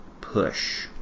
push